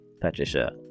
Patricia